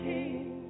King